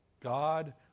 God